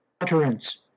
utterance